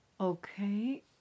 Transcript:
Okay